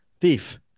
Thief